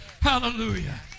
Hallelujah